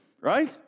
right